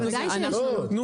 בוודאי שיש עלות.